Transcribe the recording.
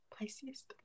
Pisces